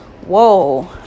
Whoa